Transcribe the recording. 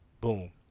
boom